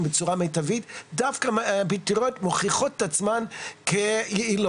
להם בצורה מיטבית דווקא הפטריות מוכיחות את עצמן כיעילות.